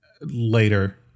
later